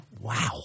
Wow